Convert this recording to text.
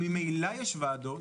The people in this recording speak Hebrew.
אם ממילא יש ועדות.